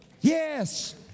Yes